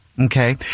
okay